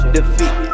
Defeat